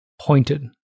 pointed